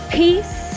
peace